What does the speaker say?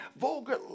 vulgar